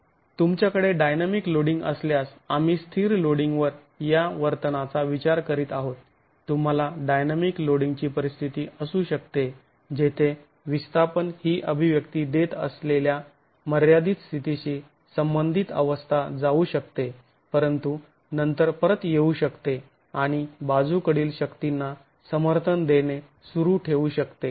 तुमच्याकडे dynamic loading असल्यास आम्ही स्थिर लोडिंग वर या वर्तनाचा विचार करीत आहोत तुम्हाला डायनामिक लोडींगची परिस्थिती असू शकते जेथे विस्थापन ही अभिव्यक्ती देत असलेल्या मर्यादित स्थितीशी संबंधित अवस्था जाऊ शकते परंतु नंतर परत येऊ शकते आणि बाजूकडील शक्तींना समर्थन देणे सुरू ठेवू शकते